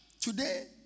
today